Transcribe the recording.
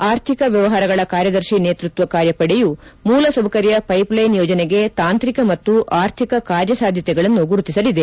ಆರ್ಥಿಕ ವ್ಯವಹಾರಗಳ ಕಾರ್ಯದರ್ಶಿ ನೇತೃತ್ವ ಕಾರ್ಯಪಡೆಯು ಮೂಲಸೌಕರ್ಯ ಪೈಪ್ಲೈನ್ ಯೋಜನೆಗೆ ತಾಂತ್ರಿಕ ಮತ್ತು ಆರ್ಥಿಕ ಕಾರ್ಯಸಾಧ್ಯತೆಗಳನ್ನು ಗುರುತಿಸಲಿದೆ